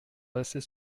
passer